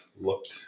looked